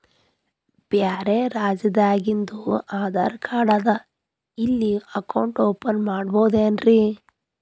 ಬ್ಯಾರೆ ರಾಜ್ಯಾದಾಗಿಂದು ಆಧಾರ್ ಕಾರ್ಡ್ ಅದಾ ಇಲ್ಲಿ ಅಕೌಂಟ್ ಓಪನ್ ಮಾಡಬೋದೇನ್ರಿ?